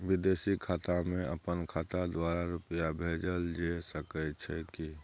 विदेशी खाता में अपन खाता द्वारा रुपिया भेजल जे सके छै की?